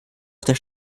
auf